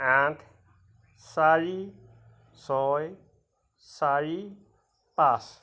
আঠ চাৰি ছয় চাৰি পাঁচ